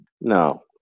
No